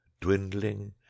dwindling